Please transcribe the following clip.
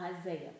Isaiah